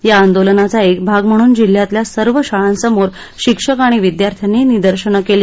या आंदोलनाचा एक भाग म्हणून जिल्ह्यातल्या सर्व शाळांसमोर शिक्षक आणि विद्यार्थ्यांनी निदर्शनं केली